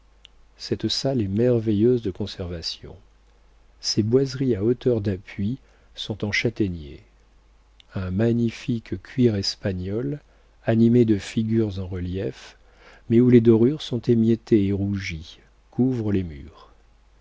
cette salle est merveilleuse de conservation ses boiseries à hauteur d'appui sont en châtaignier un magnifique cuir espagnol animé de figures en relief mais où les dorures sont émiettées et rougies couvre les murs